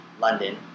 London